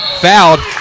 fouled